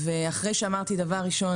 אני שואל את משרד המשפטים.